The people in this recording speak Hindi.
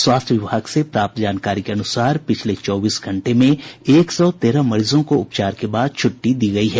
स्वास्थ्य विभाग से प्राप्त जानकारी के अनुसार पिछले चौबीस घंटे में एक सौ तेरह मरीजों को उपजार के बाद छुट्टी दे दी गयी है